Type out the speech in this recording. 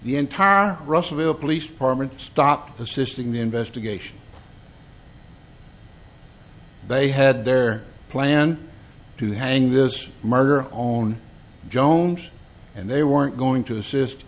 the entire russellville police department stopped assisting the investigation they had their plan to hang this murder own jones and they weren't going to